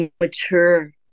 mature